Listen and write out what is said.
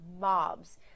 mobs